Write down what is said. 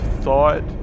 thought